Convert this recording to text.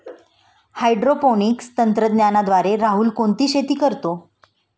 Hydroponics तंत्रज्ञानाद्वारे राहुल कोणती शेती करतो?